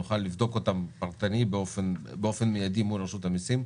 אותנו כדי שנוכל לבדוק אותן באופן מיידי מול רשות המיסים,